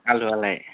आलुवालाय